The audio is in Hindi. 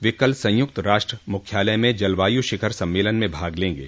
वे कल संयुक्त राष्ट्र मुख्यालय में जलवायू शिखर सम्मेलन में भाग लेंगे